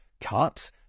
cut